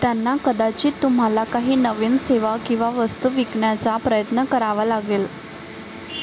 त्यांना कदाचित तुम्हाला काही नवीन सेवा किंवा वस्तू विकण्याचा प्रयत्न करावा लागेल